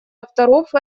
авторов